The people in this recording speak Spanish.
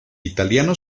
italiano